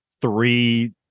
three